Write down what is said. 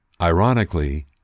Ironically